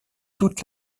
toute